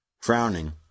Frowning